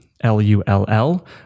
L-U-L-L